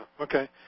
Okay